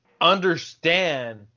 understand